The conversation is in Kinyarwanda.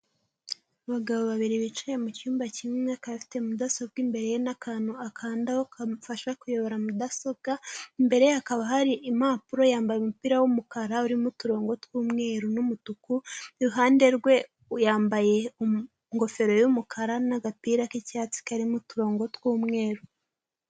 Abagabo babiri bicaye mu cyumba kimwe, umwe akaba afite mudasobwa imbere ye n'akantu akandaho kamufasha kuyobora mudasobwa, imbere ye hakaba hari impapuro, yambaye umupira w'umukara urimo uturongo tw'umweru n'umutuku, iruhande rwe yambaye ingofero y'umukara n'agapira k'icyatsi karimo uturongo tw'umweru.